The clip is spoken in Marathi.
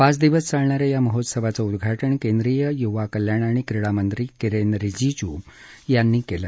पाच दिवस चालणा या या महोत्सवाचं उद्घाटन केंद्रीय युवाकल्याण आणि क्रीडामंत्री किरेन रिजिजू यांनी केलं